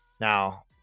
Now